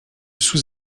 sous